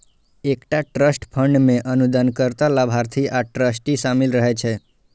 एकटा trust fund मे अनुदानकर्ता, लाभार्थी आ ट्रस्टी शामिल रहै छै